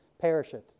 perisheth